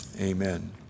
Amen